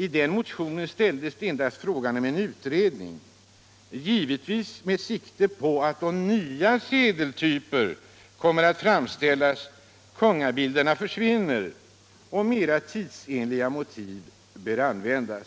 I den motionen ställdes endast frågan om en utredning, givetvis med sikte på att då nya sedeltyper kommer att framställas kungabilderna skulle försvinna, för att mera tidsenliga motiv bör användas.